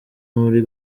muri